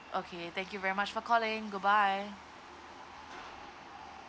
okay thank you very much for calling goodbye